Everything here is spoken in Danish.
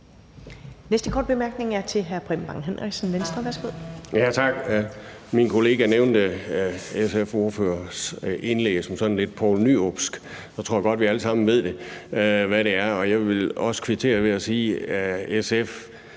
Næste korte bemærkning er til fru Britt Bager, Det